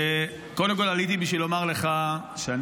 קודם כול עליתי בשביל לומר לך שאני